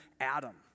Adam